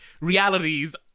realities